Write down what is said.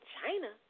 China